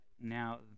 now